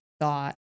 thought